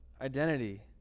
identity